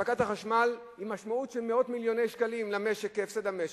באספקת החשמל היא משמעות של מאות מיליוני שקלים הפסד למשק.